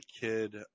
kid